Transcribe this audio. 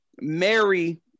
Mary